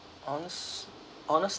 honest honestly